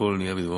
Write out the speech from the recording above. שהכול נהיה בדברו.